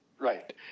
Right